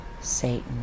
Satan